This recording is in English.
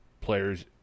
players